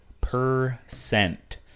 percent